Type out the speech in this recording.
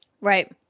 Right